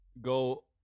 go